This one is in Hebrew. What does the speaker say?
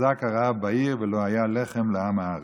ויחזק הרעב בעיר ולא היה לחם לעם הארץ".